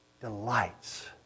delights